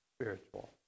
spiritual